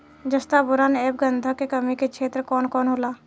जस्ता बोरान ऐब गंधक के कमी के क्षेत्र कौन कौनहोला?